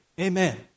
Amen